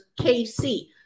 KC